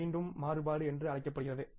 அது மீண்டும் மாறுபாடு என்று அழைக்கப்படுகிறது